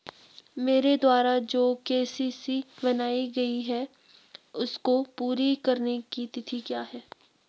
मेरे द्वारा जो के.सी.सी बनवायी गयी है इसको पूरी करने की तिथि क्या है?